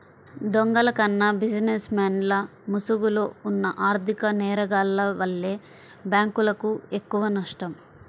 దొంగల కన్నా బిజినెస్ మెన్ల ముసుగులో ఉన్న ఆర్ధిక నేరగాల్ల వల్లే బ్యేంకులకు ఎక్కువనష్టం